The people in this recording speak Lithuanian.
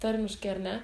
tarmiškai ar ne